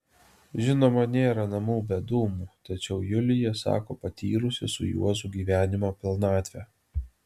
žinoma nėra namų be dūmų tačiau julija sako patyrusi su juozu gyvenimo pilnatvę